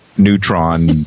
Neutron